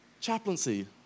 chaplaincy